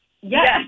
Yes